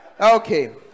Okay